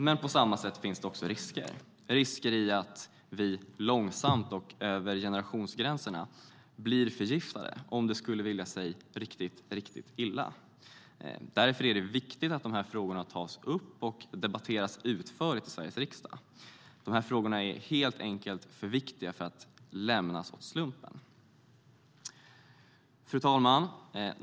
Men det finns också en risk för att vi långsamt och över generationsgränserna blir förgiftade, om det vill sig riktigt illa. Därför är det viktigt att dessa frågor tas upp och debatteras utförligt i Sveriges riksdag. De här frågorna är helt enkelt för viktiga för att lämnas åt slumpen. Fru talman!